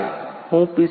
હાય હું પી